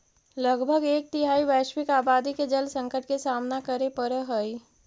लगभग एक तिहाई वैश्विक आबादी के जल संकट के सामना करे पड़ऽ हई